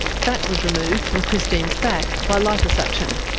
fat was removed from christine's back by liposuction.